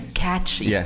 catchy